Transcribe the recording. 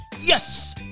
Yes